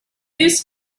used